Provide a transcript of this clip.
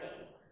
names